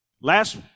last